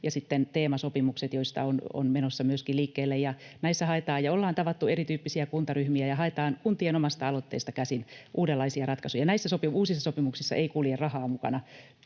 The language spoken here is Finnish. ja sitten teemasopimukset, joita on menossa myöskin liikkeelle. Näissä ollaan tavattu erityyppisiä kuntaryhmiä ja haetaan kuntien omasta aloitteesta käsin uudenlaisia ratkaisuja. Näissä uusissa sopimuksissa ei kulje rahaa mukana,